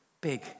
big